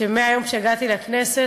שמהיום שהגעתי לכנסת,